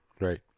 Right